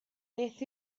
beth